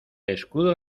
escudo